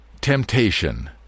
Temptation